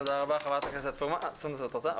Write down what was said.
חברת הכנסת סונדוס סאלח, בבקשה.